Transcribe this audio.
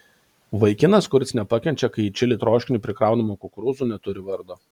vaikinas kuris nepakenčia kai į čili troškinį prikraunama kukurūzų neturi vardo